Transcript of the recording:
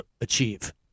achieve